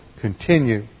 continue